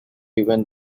even